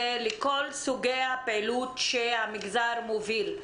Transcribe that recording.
ולכל סוגי הפעילות שהמגזר מוביל.